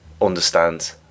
understand